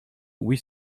huit